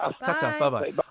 Bye